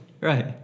Right